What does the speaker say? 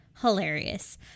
hilarious